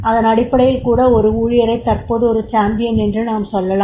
அதன் அடிப்படையில்கூட ஒரு ஊழியரை தற்போது ஒரு சாம்பியன் என்று நாம் சொல்லலாம்